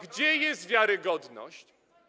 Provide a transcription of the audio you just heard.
Gdzie jest wiarygodność?